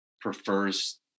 prefers